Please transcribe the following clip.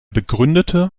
begründete